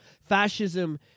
Fascism